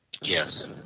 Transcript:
Yes